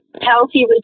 healthy